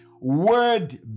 word